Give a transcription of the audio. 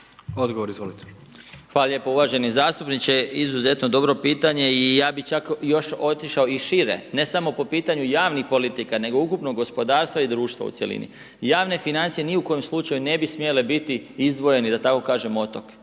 Zdravko** Hvala lijepo uvaženi zastupniče, izuzetno dobro pitanje i ja bi čak još otišao i šire ne samo po pitanju javnih politika nego ukupnog gospodarstva i društva u cjelini. Javne financije ni u koje slučaju ne bi smjele biti izdvojeni da tako kažem otok,